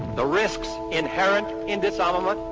the risks inherent in this element,